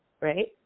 right